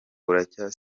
burya